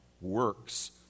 works